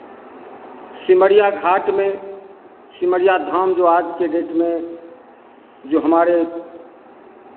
सिमरिया घाट में सिमरिया धाम जो आज के डेट में जो हमारे